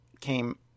came